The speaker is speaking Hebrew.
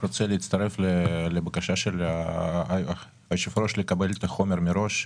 אני רוצה להצטרף לבקשה של היושב-ראש לקבל את החומר מראש,